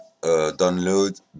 download